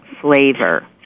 flavor